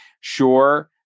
Sure